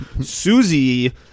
Susie